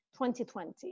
2020